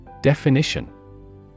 Definition